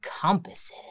compasses